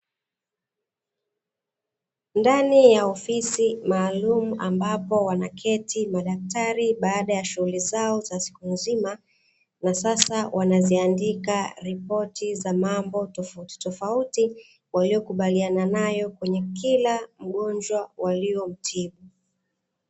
Ndani ya ofisi maalumu ambapo wanaketi madaktari baada ya shughuli zao za siku nzima na sasa wanaziaandika ripoti za mambo tofauti tofauti, waliyokubaliana nayo kwenye kila mgonjwa waliomtibu.